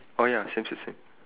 oh ya same s~ same